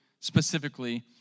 specifically